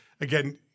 again